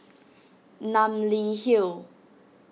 Namly Hill